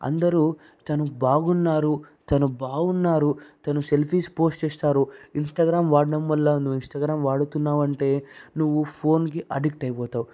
అందరూ తను బాగున్నారు తను బాగున్నారు తను సెల్ఫీస్ పోస్ట్ చేస్తారు ఇంస్టాగ్రామ్ వాడటం వల్ల నువు ఇంస్టాగ్రామ్ వాడుతున్నావు అంటే నువ్వు ఫోన్కి అడిక్ట్ అయిపోతావు